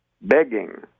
begging